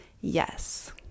yes